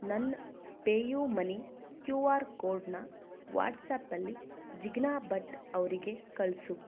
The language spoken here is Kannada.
ನನ್ನ ಪೇಯುಮನಿ ಕ್ಯೂ ಆರ್ ಕೋಡನ್ನ ವಾಟ್ಸಾಪಲ್ಲಿ ಜಿಗ್ನಾ ಭಟ್ ಅವರಿಗೆ ಕಳಿಸು